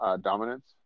dominance